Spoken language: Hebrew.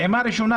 פעימה ראשונה,